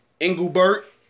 Engelbert